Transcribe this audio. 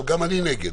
גם אני נגד.